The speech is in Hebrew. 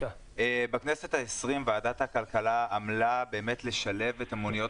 בכנסת ה-20 ועדת הכלכלה עמלה באמת לשלב את מוניות